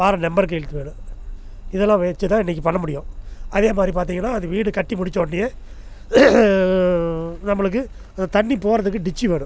ward member கையெழுத்து வேணும் இதெல்லாம் வச்சிதான் இன்றைக்கி பண்ண முடியும் அதேமாதிரி பார்த்திங்கன்னா அந்த வீடு கட்டி முடிச்சோடனையே நம்மளுக்கு தண்ணி போகிறதுக்கு டிச்சு வேணும்